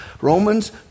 Romans